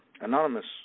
Anonymous